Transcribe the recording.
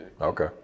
Okay